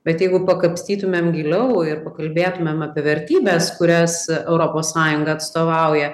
bet jeigu pakapstytumėm giliau ir pakalbėtumėm apie vertybes kurias europos sąjunga atstovauja